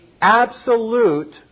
absolute